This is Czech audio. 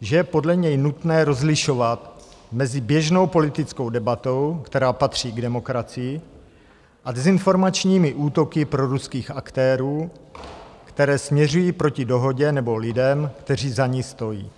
že je podle něj nutné rozlišovat mezi běžnou politickou debatou, která patří k demokracii, a dezinformačními útoky proruských aktérů, které směřují proti dohodě nebo lidem, kteří za ní stojí.